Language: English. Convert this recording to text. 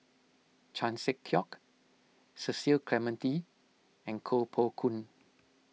Chan Sek Keong Cecil Clementi and Koh Poh Koon